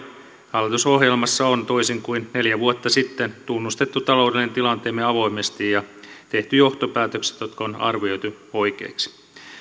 hallitusohjelmassa on toisin kuin neljä vuotta sitten tunnustettu taloudellinen tilanteemme avoimesti ja tehty johtopäätökset jotka on arvioitu oikeiksi